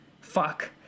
fuck